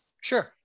Sure